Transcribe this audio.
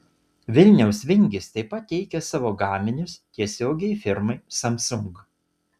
vilniaus vingis taip pat teikia savo gaminius tiesiogiai firmai samsung